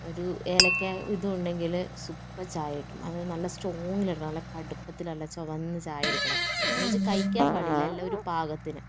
ഒരു ഏലക്ക ഇതും ഉണ്ടങ്കിൽ സൂപ്പര് ചായ കിട്ടും അത് നല്ല സ്ട്രോങ്ങിൽ ഇടണം നല്ല കടുപ്പത്തൽ നല്ല ചുവന്ന ചായ എടുക്കണം അന്ന് വെച്ച് കയ്ക്കാന് പാടില്ല എല്ലാം ഒരു പാകത്തിന്